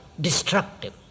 destructive